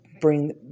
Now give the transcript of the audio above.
bring